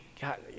God